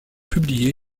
publiés